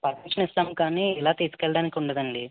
permission ఇస్తాం కానీ ఇలా తీసుకు వెళ్ళడానికి ఉండదు అండి